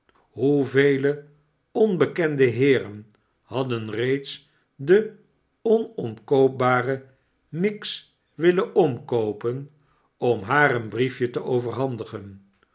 hoevele onbekende heeren hadden reeds de onomkoopbare miggs willen omkoopen om haar een briefje te overhandigen